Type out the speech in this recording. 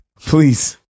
Please